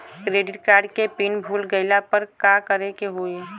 Credit card के pin भूल गईला पर का करे के होई?